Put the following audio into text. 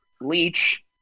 Leach